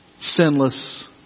sinless